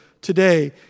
today